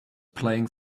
playing